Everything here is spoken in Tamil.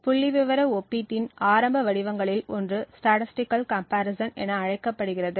புள்ளிவிவர ஒப்பீட்டின் ஆரம்ப வடிவங்களில் ஒன்று ஸ்டேடஸ்ட்டிகள் கம்பேரிசன் என அழைக்கப்படுகிறது